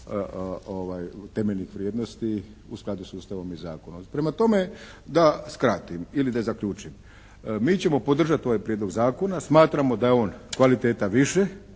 temeljnih vrijednosti u skladu s Ustavom i zakonom. Prema tome, da skratim ili da zaključim. Mi ćemo podržati ovaj prijedlog zakona. Smatramo da je on kvaliteta više,